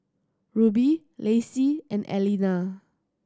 Ruby Lacie and Aleena